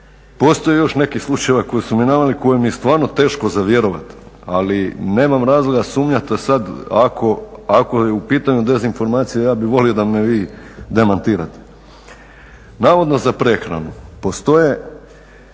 Postoji još nekih slučajeva koje su mi naveli, koje mi je stvarno teško za vjerovati, ali nemam razloga sumnjat, a sad ako je pitanju dezinformacija, ja bih volio da me vi demantirate. Navodno za prehranu postoje